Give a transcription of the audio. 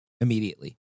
immediately